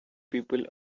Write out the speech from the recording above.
people